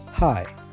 Hi